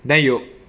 then you